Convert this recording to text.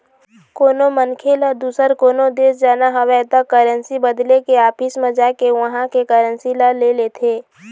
कोनो मनखे ल दुसर कोनो देश जाना हवय त करेंसी बदले के ऑफिस म जाके उहाँ के करेंसी ल ले लेथे